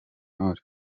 intore